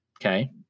Okay